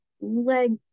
leg